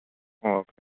okay